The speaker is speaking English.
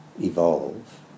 evolve